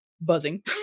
buzzing